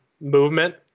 movement